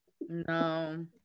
no